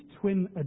twin